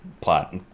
plot